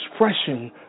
expression